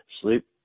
sleep